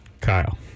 Kyle